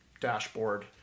dashboard